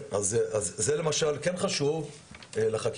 כן, אז זה למשל כן חשוב לחקיקה.